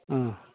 अ